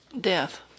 death